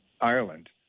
Ireland